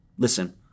Listen